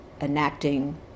enacting